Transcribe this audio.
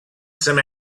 some